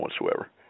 whatsoever